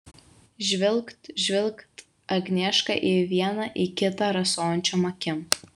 žvilgt žvilgt agnieška į vieną į kitą rasojančiom akim